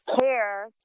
care